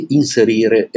inserire